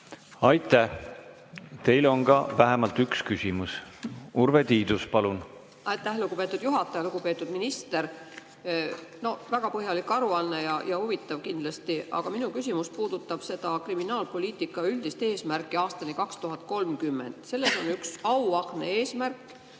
Aitäh! Teile on ka vähemalt üks küsimus. Urve Tiidus, palun! Aitäh, lugupeetud juhataja! Lugupeetud minister! Väga põhjalik aruanne ja huvitav kindlasti, aga minu küsimus puudutab seda kriminaalpoliitika üldist eesmärki aastani 2030. Selles on üks auahne eesmärk,